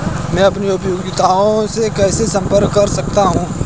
मैं अपनी उपयोगिता से कैसे संपर्क कर सकता हूँ?